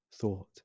thought